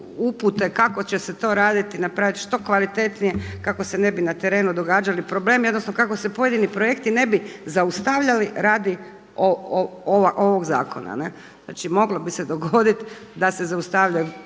upute kako će se to raditi napraviti što kvalitetnije kako se ne bi na terenu događali problemi odnosno kako se pojedini projekti ne bi zaustavljali radi ovog zakona. Znači moglo bi se dogoditi da se zaustavljaju.